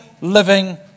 living